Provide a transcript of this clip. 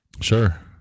Sure